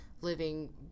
living